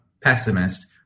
pessimist